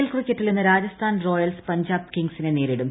L ക്രിക്കറ്റിൽ ഇന്ന് Rajasthan Royals Punjab കിങ്സിനെ നേരിടും